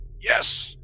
Yes